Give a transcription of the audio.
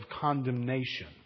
condemnation